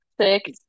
six